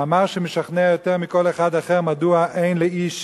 מאמר שמשכנע יותר מכל אחד אחר מדוע אין לאיש